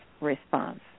response